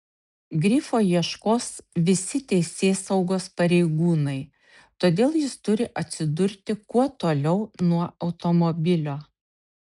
grifo ieškos visi teisėsaugos pareigūnai todėl jis turi atsidurti kuo toliau nuo automobilio